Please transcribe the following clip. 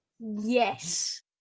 Yes